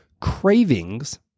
Cravings